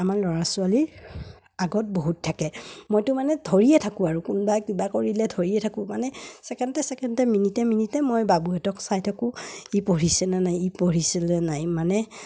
আমাৰ ল'ৰা ছোৱালীৰ আগত বহুত থাকে মইতো মানে ধৰিয়ে থাকোঁ আৰু কোনোবা কিবা কৰিলে ধৰিয়ে থাকো মানে ছেকেণ্ডে ছেকেণ্ডে মিনিটে মিনিটে মই বাবুহঁতক চাই থাকোঁ ই পঢ়িছে নে নাই ই পঢ়িছে নে নাই মানে